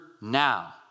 now